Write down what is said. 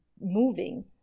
moving